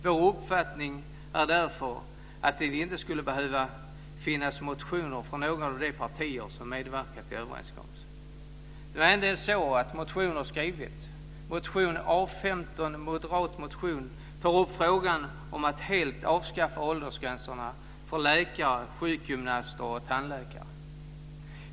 Vår uppfattning är därför att det inte skulle behöva finnas några motioner från de partier som medverkat i överenskommelsen. Det är ändå så att motioner skrivits. Motion A15, en moderat motion, tar upp frågan om att helt avskaffa åldersgränserna för läkare, sjukgymnaster och tandläkare.